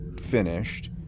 finished